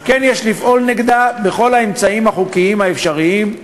על כן יש לפעול נגדה בכל האמצעים החוקיים האפשריים,